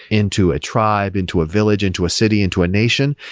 into a tribe, into a village, into a city, into a nation,